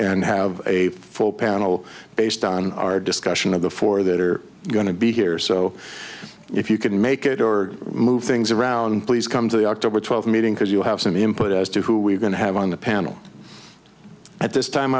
and have a full panel based on our discussion of the four that are going to be here so if you can make it or move things around please come to the october twelfth meeting because you have some input as to who we are going to have on the panel at this time